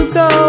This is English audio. go